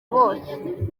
bose